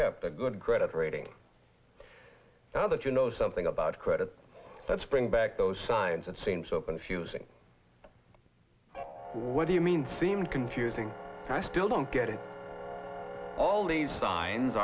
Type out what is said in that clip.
kept a good credit rating now that you know something about credit let's bring back those signs that seem so confusing what do you mean seem confusing i still don't get it all these signs